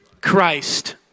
Christ